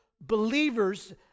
believers